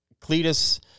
Cletus